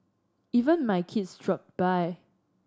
even my kids dropped by